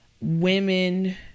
Women